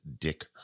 Dick